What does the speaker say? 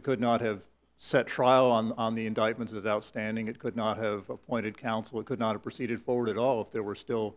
that could not have set trial on the indictment as outstanding it could not have appointed counsel it could not have proceeded forward at all if there were still